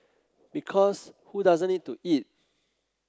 because who doesn't need to eat